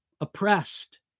oppressed